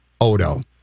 Odo